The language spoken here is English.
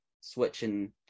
switching